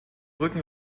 rücken